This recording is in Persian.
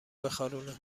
بخارونه